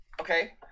Okay